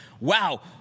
Wow